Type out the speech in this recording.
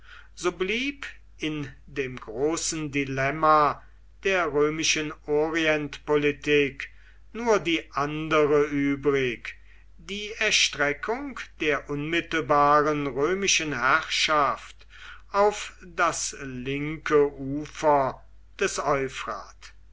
so blieb in dem großen dilemma der römischen orientpolitik nur die andere übrig die erstreckung der unmittelbaren römischen herrschaft auf das linke ufer des